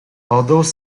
although